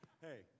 hey